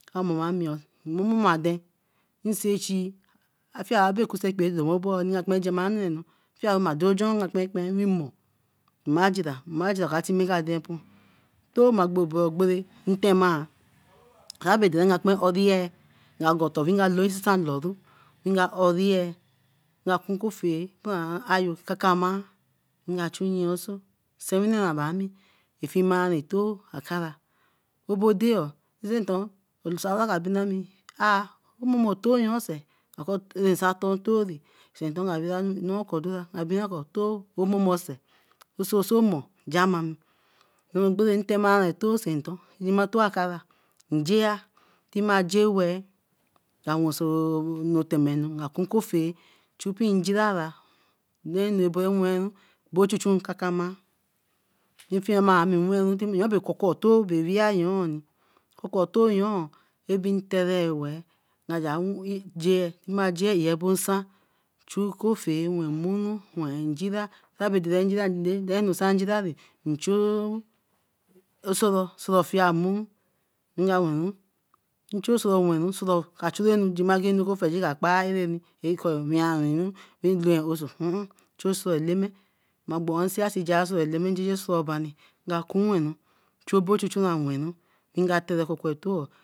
Ome ami nmomode nsechi afie ra ku ekpee ra domobo in ka kpen jamanaranu ame a denjo na kpenkpen wee mo majida majida ka timimaden pur, toma gbo bo ogbere intemaa agera odiye anga gwan otor nga loo nsisan looru nga oreeye, nga kun okoffae bia ayo kaka ma inga chu yen osowan nwiwene bra ami efimanito akara obode oo nton kabinami arh otoyon se inko insatonotoo soton, odara inka benar omomose oso omo k=ja mamami ogbere ra tomari etoo nton yima to-akara njea tima je weeh nga woso cutemenu nka kun koffea chu pien njirara noo abo wenru both chichunkakama afiemami yoon bae koko-etoo weeh yooni kokotooyeon abin tere weeh nga geh wen bon nsan chu koffea, mmuru wen njira karabe ade njira nde, danu sai njiranee nchu osoro wen mmu, osoru ka chu ra maggi oku ofeigin ka kpa ranu, chu soro elem ma gbo un in si seen Eleme nga kun wenru, obo chu chu rai wenru ka tere koko etoo oo